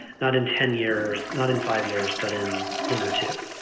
not in ten years, not in five years, but in one or two